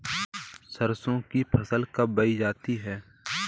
सरसों की फसल कब बोई जाती है?